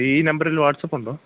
ഈ നമ്പറിൽ വാട്സപ്പുണ്ടോ